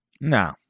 No